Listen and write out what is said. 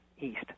east